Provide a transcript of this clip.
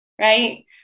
right